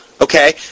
Okay